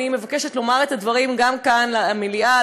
אני מבקשת לומר את הדברים גם כאן למליאה,